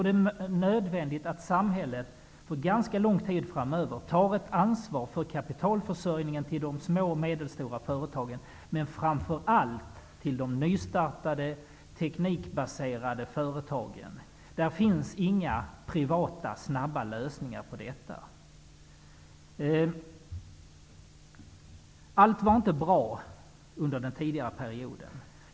Det är nödvändigt att samhället för ganska lång tid framöver tar ett ansvar för kapitalförsörjningen till de små och medelstora företagen, men framför allt till de nystartade teknikbaserade företagen. Det finns inga privata, snabba lösningar på detta. Allt var inte bra under den tidigare perioden.